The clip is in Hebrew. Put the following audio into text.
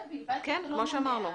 כן, כמו שאמרנו.